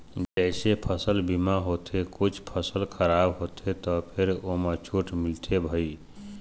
जइसे फसल बीमा होथे कुछ फसल खराब होथे त फेर ओमा छूट मिलथे भई